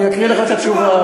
אני אקריא לך את התשובה.